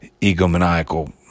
egomaniacal